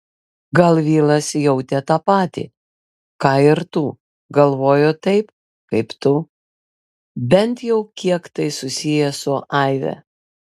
gal vilas jautė tą patį ką ir tu galvojo taip kaip tu bent jau kiek tai susiję su aive